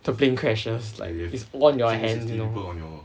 the plane crashes like it's all in your hands you know